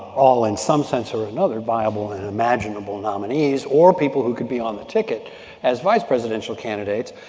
all in some sense or another viable and imaginable nominees or people who could be on the ticket as vice presidential candidates,